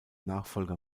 nachfolger